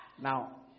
Now